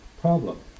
problem